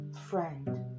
friend